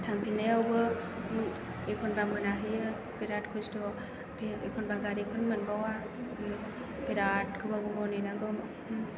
थांफिननायावबो एखम्बा मोनाहैयो बिराद खस्थ' बेयो एखम्बा गारिखौनो मोनबावा बिराद गोबाव गोबाव नेनांगौ